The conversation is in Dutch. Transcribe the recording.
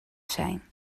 zijn